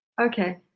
Okay